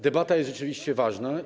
Debata jest rzeczywiście ważna.